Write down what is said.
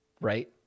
right